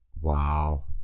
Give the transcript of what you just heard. Wow